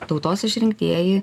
tautos išrinktieji